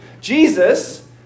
Jesus